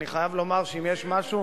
אני חייב לומר שאם יש משהו,